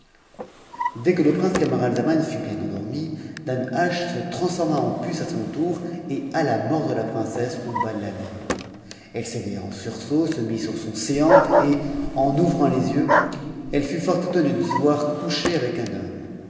dès que le prince camaralzaman fut bien endormi danhasch se transforma en puce à son tour et alla mordre la princesse au bas de la lèvre elle s'éveittaen sursaut se mit sur son séant et en ouvrant les yeux elle fut fort étonnée de se voir couchée avec un homme